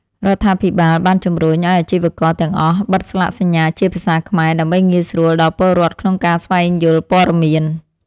រដ្ឋាភិបាលបានជម្រុញឱ្យអាជីវករទាំងអស់បិទស្លាកសញ្ញាជាភាសាខ្មែរ ដើម្បីងាយស្រួលដល់ពលរដ្ឋក្នុងការស្វែងយល់ព័ត៌មាន។